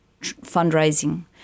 fundraising